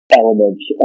elements